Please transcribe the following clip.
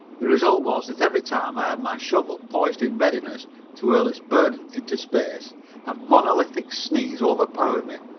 the result was that every time i had my shovel poised in readiness to hurl its burden into space a monolithic sneeze overpowered me,